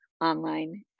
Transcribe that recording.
online